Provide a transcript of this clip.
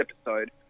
episode